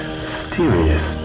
mysterious